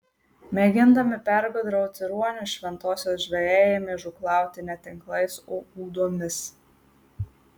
mėgindami pergudrauti ruonius šventosios žvejai ėmė žūklauti ne tinklais o ūdomis